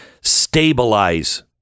stabilize